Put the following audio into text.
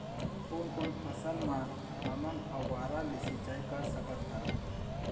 कोन कोन फसल म हमन फव्वारा ले सिचाई कर सकत हन?